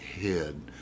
head